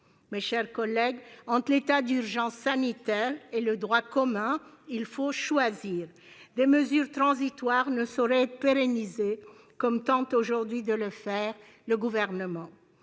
Mes chers collègues, entre l'état d'urgence sanitaire et le droit commun, il faut choisir. Des mesures transitoires ne sauraient être pérennisées, comme tente aujourd'hui de le faire le Gouvernement.